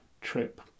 trip